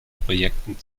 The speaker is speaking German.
projekten